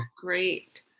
Great